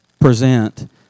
present